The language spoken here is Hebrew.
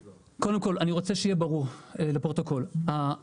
קודם כול לפרוטוקול אני רוצה שיהיה ברור לפרוטוקול שהרעיון